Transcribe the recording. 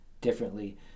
differently